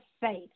faith